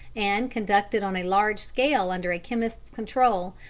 and conducted on a large scale under a chemist's control,